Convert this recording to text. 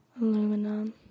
Aluminum